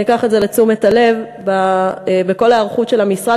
אני אקח את זה לתשומת הלב בכל ההיערכות של המשרד